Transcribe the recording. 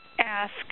ask